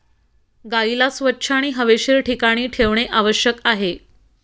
गाईला स्वच्छ आणि हवेशीर ठिकाणी ठेवणे आवश्यक आहे